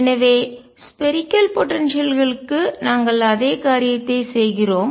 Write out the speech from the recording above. எனவே spherical potential களுக்கு கோள ஆற்றல்களுக்கு நாங்கள் அதே காரியத்தைச் செய்கிறோம்